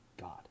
God